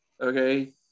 okay